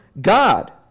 God